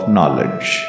Knowledge